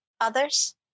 others